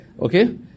Okay